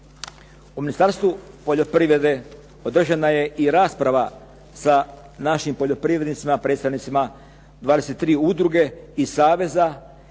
U Ministarstvu poljoprivrede održana je i rasprava sa našim poljoprivrednicima, predstavnicima 23. udruge i saveza